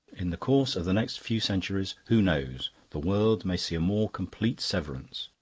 in the course of the next few centuries, who knows? the world may see a more complete severance.